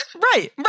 right